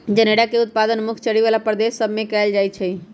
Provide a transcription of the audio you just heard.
जनेरा के उत्पादन मुख्य चरी बला प्रदेश सभ में कएल जाइ छइ